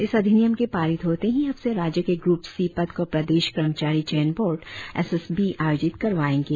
इस अधिनियम के पारित होते ही अब से राज्य के ग्रूप सी पद को प्रदेश कर्मचारी चयन बोर्ड एस एस बी आयोजित करवाएंगे